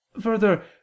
further